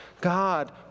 God